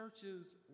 churches